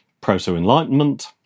proto-enlightenment